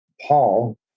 Paul